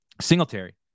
Singletary